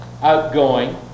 outgoing